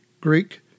Greek